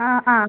ആ ആ